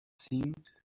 seemed